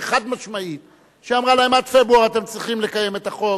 חד-משמעית שאמרה להם: עד פברואר אתם צריכים לקיים את החוק,